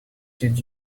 did